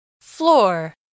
floor